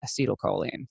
acetylcholine